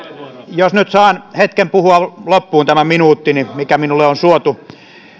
jos nyt saan hetken puhua loppuun tämän minuuttini mikä minulle on suotu